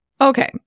Okay